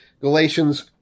Galatians